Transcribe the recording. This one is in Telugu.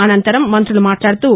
అసంతరం మంతులు మాట్లాడుతూ